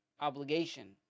obligation